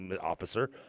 officer